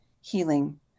Healing